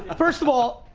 ah first of all,